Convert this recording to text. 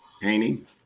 painting